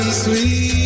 Sweet